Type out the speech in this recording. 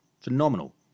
phenomenal